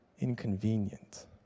inconvenient